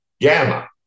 Gamma